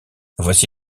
voici